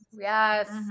Yes